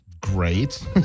Great